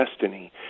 destiny